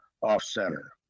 Off-Center